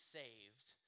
saved